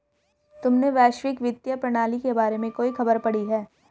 तुमने वैश्विक वित्तीय प्रणाली के बारे में कोई खबर पढ़ी है?